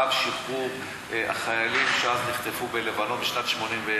גם שחרור החיילים שנחטפו בלבנון בשנת 82',